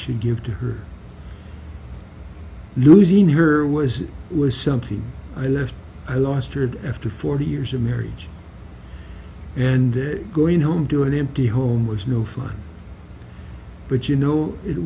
should give to her losing her was it was something i left i last heard after forty years of marriage and going home to an empty home was no fun but you know it